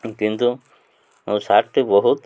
କିନ୍ତୁ ମୋ ସାର୍ଟ୍ଟି ବହୁତ